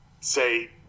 say